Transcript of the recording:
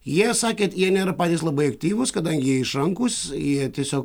jie sakė jie nėra patys labai aktyvūs kadangi jie išrankūs jie tiesiog